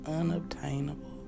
unobtainable